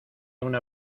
una